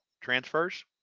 transfers